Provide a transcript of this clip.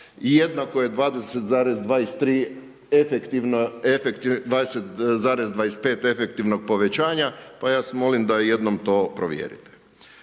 jednako je 20,25 efektivnog povećanja, pa vas molim da jednom to provjerite.